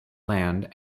land